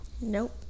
Nope